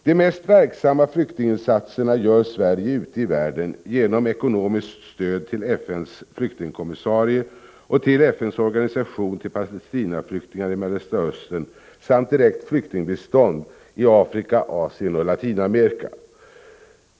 De mest verksamma flyktinginsatserna gör Sverige ute i världen genom ekonomiskt stöd till FN:s flyktingkommissarie och till FN:s organisation för Palestinaflyktingar i Mellersta Östern samt direkt flyktingbistånd i Afrika, Asien och Latinamerika.